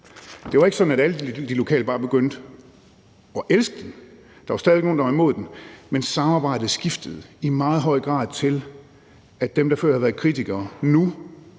Det var ikke sådan, at alle de lokale bare begyndte at elske den – der var stadig nogle, der var imod den – men samarbejdet skiftede i meget høj grad til, at dem, der før havde været kritikere, nu